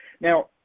Now